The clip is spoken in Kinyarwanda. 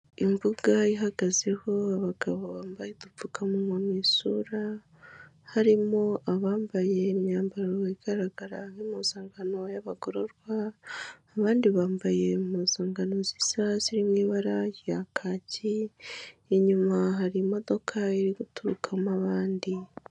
Imbuga ihagazeho abagabo bambaye udupfukamunwa mu isura. Harimo abambaye imyambaro igaragara nk'impuzangano y'abagororwa. Abandi bambaye impuzankano z'isa ziri mu ibara rya kaki. Inyuma hari imodoka iriguturukamo abandi.